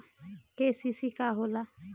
KCC का होला?